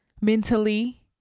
mentally